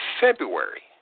February